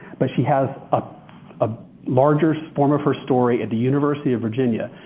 but she has a ah larger form of her story at the university of virginia.